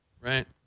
Right